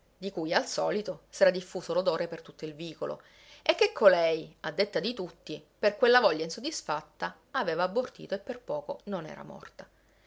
di cui al solito s'era diffuso l'odore per tutto il vicolo e che colei a detta di tutti per quella voglia insoddisfatta aveva abortito e per poco non era morta